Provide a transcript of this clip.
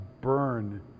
burn